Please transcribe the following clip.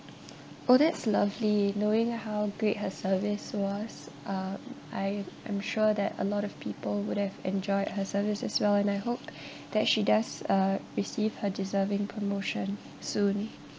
oh that's lovely knowing how great her service was uh I I'm sure that a lot of people would have enjoyed her service as well and I hope that she does uh receive her deserving promotion soon